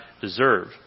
deserve